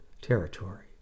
territory